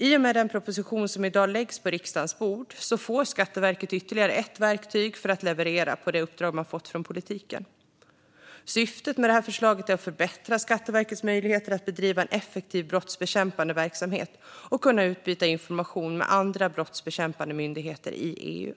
I och med den proposition som i dag läggs på riksdagens bord får Skatteverket ytterligare ett verktyg för att leverera på det uppdrag man fått från politiken. Syftet med förslaget är att förbättra Skatteverkets möjligheter att bedriva effektiv brottsbekämpande verksamhet och utbyta information med andra brottsbekämpande myndigheter i EU.